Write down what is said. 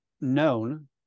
known